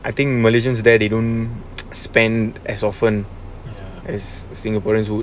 I think malaysians there they don't spend as often as singaporeans would